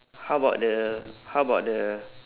how about the how about the